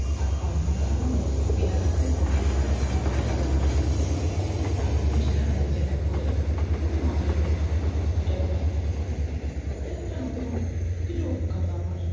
আর পাহাড় নদী এলাকাতে বোটিং করার একটা মজাই আলাদা চার পাঁচজন ছিলাম লাইফ জ্যাকেট পরে খুবই মজা লেগেছে ওই টাইমটা ওটাই একটা নতুন ও কিছু অভিজ্ঞতা আমার